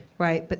right? but